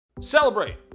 celebrate